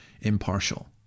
impartial